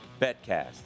betcast